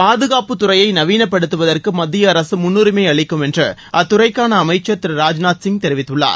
பாதுகாப்பு துறையை நவீனப்படுத்துவதற்கு மத்திய அரசு முன்னுரிமை அளிக்கும் என்று அத்துறைக்கான அமைச்சர் திரு ராஜ்நாத் சிங் தெரிவித்துள்ளார்